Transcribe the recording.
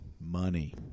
Money